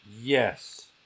Yes